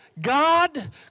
God